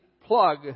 plug